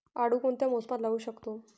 आळू कोणत्या मोसमात लावू शकतो?